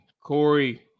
Corey